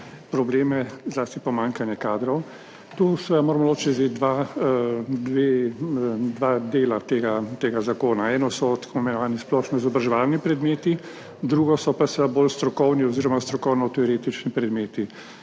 probleme, zlasti pomanjkanje kadrov. Tu seveda moramo ločiti že dva dela tega zakona. Eno so tako imenovani splošno izobraževalni predmeti, drugo so pa seveda bolj strokovni oziroma strokovno teoretični predmeti.